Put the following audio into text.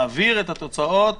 הוא מעביר את התוצאות